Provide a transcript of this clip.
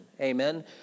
amen